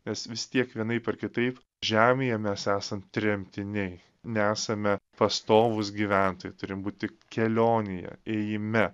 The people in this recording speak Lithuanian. nes vis tiek vienaip ar kitaip žemėje mes esam tremtiniai nesame pastovūs gyventojai turim būti kelionėje ėjime